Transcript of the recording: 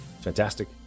Fantastic